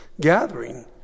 gathering